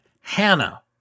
Hannah